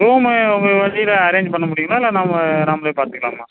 room உங்கள் வண்டியில arrange முடியும்ங்களா இல்லை நாம்மளே நாம்மளே பார்த்துக்கலாங்களா